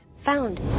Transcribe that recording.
Found